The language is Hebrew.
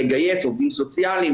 לגייס עובדים סוציאליים,